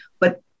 But-